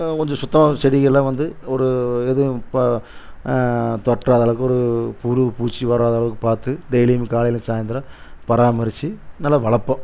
கொஞ்சம் சுத்தமாகவும் செடிகள்லாம் வந்து ஒரு எதுவும் பா தொற்றாத அளவுக்கு ஒரு புழு பூச்சி வராத அளவுக்கு பார்த்து டெய்லியும் காலைலேயும் சாயந்தரம் பராமரித்து நல்லா வளர்ப்போம்